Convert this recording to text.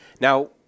Now